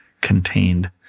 contained